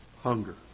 Hunger